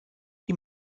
die